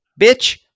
bitch